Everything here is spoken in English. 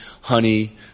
honey